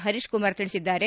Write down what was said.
ಹರೀಶಕುಮಾರ್ ತಿಳಿಸಿದ್ದಾರೆ